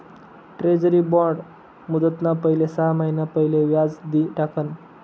treasury bond मुदतना पहिले सहा महिना पहिले व्याज दि टाकण